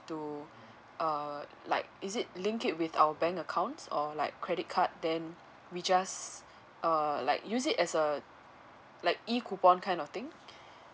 to err like is it link it with our bank accounts or like credit card then we just err like use it as a like E coupon kind of thing